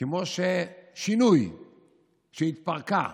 כמו ששינוי כשהתפרקה,